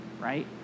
right